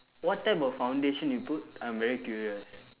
what type of foundation you put I'm very curious